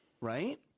Right